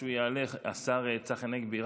השר צחי הנגבי,